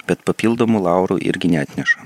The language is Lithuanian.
bet papildomų laurų irgi neatneša